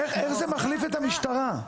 איך זה מחליף את המשטרה?